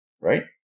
right